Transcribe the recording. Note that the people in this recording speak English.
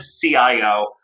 CIO